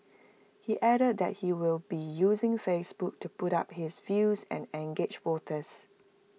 he added that he will be using Facebook to put up his views and engage voters